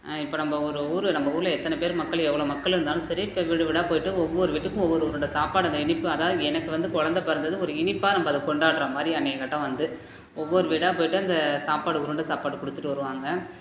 இப்போ நம்ப ஒரு ஊர் நம்ப ஊரில் எத்தனை பேர் மக்கள் எவ்வளோவு மக்கள் இருந்தாலும் சரி இப்போ வீடு வீடாக போய்விட்டு ஒவ்வொரு வீட்டுக்கும் ஒவ்வொரு உருண்டை சாப்பாடு அந்த இனிப்பு அதாவது எனக்கு வந்து கொழந்த பிறந்தது ஒரு இனிப்பாக நம்ப அதை கொண்டாடுற மாதிரி அன்றையகட்டம் வந்து ஒவ்வொரு வீடாக போய்விட்டு அந்த சாப்பாடு உருண்டை சாப்பாடு கொடுத்துட்டு வருவாங்க